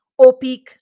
OPIC